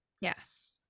Yes